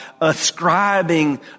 ascribing